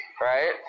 right